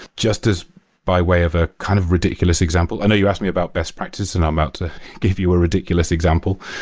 just as by way of a kind of ridiculous example. i know you asked me about best practice, and i'm about to give you a ridiculous example.